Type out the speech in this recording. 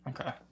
Okay